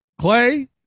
Clay